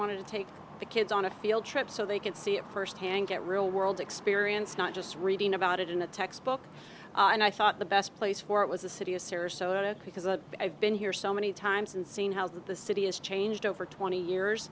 wanted to take the kids on a field trip so they can see it firsthand get real world experience not just reading about it in a textbook and i thought the best place for it was a city a series so it because a i've been here so many times and seen how the city has changed over twenty years